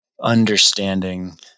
understanding